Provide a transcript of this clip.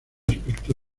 aspecto